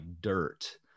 dirt